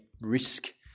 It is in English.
risk